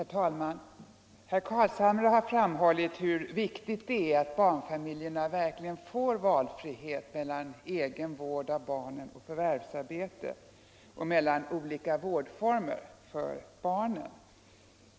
Herr talman! Herr Carlshamre har framhållit hur viktigt det är att barnfamiljerna får valfrihet mellan egen vård av barnen och förvärvsarbete samt mellan olika vårdformer för barnen.